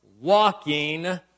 walking